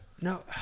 No